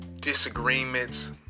disagreements